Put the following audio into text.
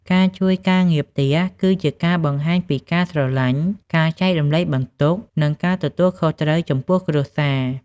ការជួយការងារផ្ទះ គឺជាការបង្ហាញពីការស្រលាញ់ ការចែករំលែកបន្ទុក និងការទទួលខុសត្រូវចំពោះគ្រួសារ។